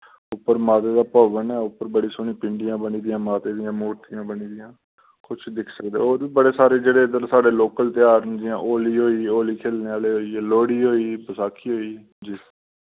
उप्पर माता दा भवन ऐ उप्पर बड़ी सोह्नी पिंडियां बनी दि'यां माता दि'यां मूर्तियां बनी दियां तुस दिक्खी सकदे ओह् होर बि बड़े सारे जेह्ड़े इद्दर साढ़े लोकल त्यार न जि'यां होली होई होली खेलने आह्ले होइये लोह्ड़ी होई बसाखी होई जी